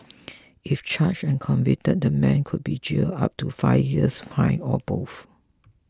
if charged and convicted the man could be jailed up to five years fined or both